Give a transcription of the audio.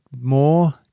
more